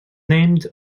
named